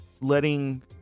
letting